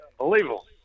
Unbelievable